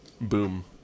Boom